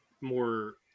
more